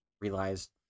realized